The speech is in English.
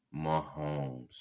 Mahomes